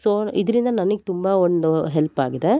so ಇದರಿಂದ ನನಗ್ ತುಂಬಾ ಒಂದು ಹೆಲ್ಪ್ ಆಗಿದೆ